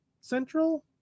central